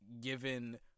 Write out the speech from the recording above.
given